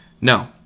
no